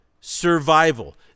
survival